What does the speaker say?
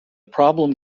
problem